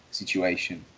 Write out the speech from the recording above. situation